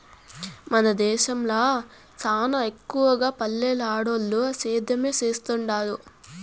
మన దేశంల సానా ఎక్కవగా పల్లెల్ల ఆడోల్లు సేద్యమే సేత్తండారు